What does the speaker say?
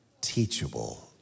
teachable